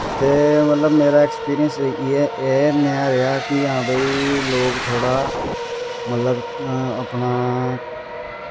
ते मतलब मेरा ऐक्सपिरियंस एह् नेहा रेहा कि हां भाई लोग थोह्ड़ा मतलब अपना